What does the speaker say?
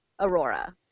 Aurora